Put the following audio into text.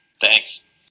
Thanks